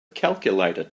calculator